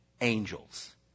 angels